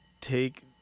take